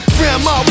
Grandma